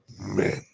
men